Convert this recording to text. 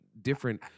Different